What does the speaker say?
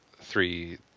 three